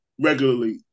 regularly